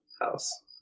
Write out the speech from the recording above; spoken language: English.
house